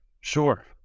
Sure